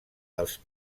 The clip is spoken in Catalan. dels